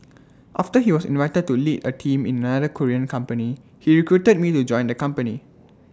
after he was invited to lead A team in another Korean company he recruited me to join the company